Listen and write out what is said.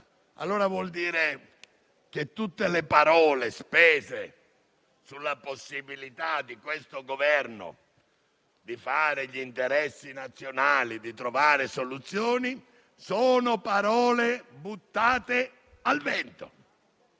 allora vuol dire che tutte le parole spese sulla possibilità di questo Governo di fare gli interessi nazionali e di trovare soluzioni sono buttate al vento.